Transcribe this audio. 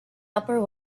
upper